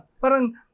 Parang